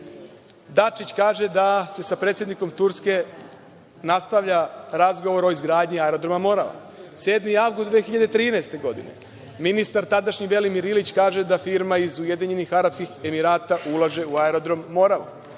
Dačić kaže da se sa predsednikom Turske nastavlja razgovor o izgradnji Aerodroma „Morava“. Sedmi avgust 2013. godine, ministar, tadašnji, Velimir Ilić kaže da firma iz Ujedinjenih Arapskih Emirata ulaže u Aerodrom „Morava“.